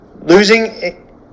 losing